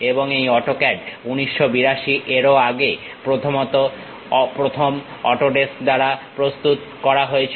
এবং এই অটোক্যাড 1982 এরও আগে প্রধানত প্রথম অটোডেস্ক দ্বারা প্রস্তুত করা হয়েছিল